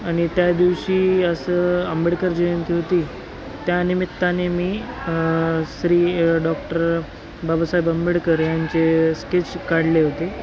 आणि त्या दिवशी असं आंबेडकर जयंती होती त्यानिमित्ताने मी स्री डॉक्टर बाबासाहेब आंबेडकर यांचे स्केच काढले होते